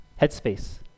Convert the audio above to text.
Headspace